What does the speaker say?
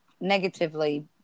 negatively